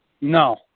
no